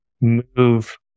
move